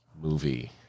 movie